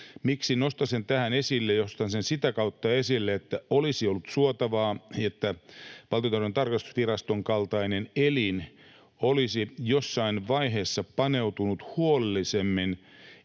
Miksi nostan sen tähän esille? Nostan sen sitä kautta esille, että olisi ollut suotavaa, että Valtiontalouden tarkastusviraston kaltainen elin olisi jossain vaiheessa paneutunut huolellisemmin